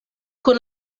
kun